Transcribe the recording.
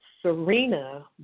Serena